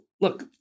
look